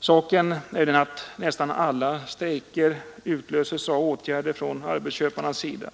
Saken är den att nästan alla strejker utlöses av åtgärder från arbetsköparnas sida.